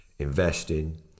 Investing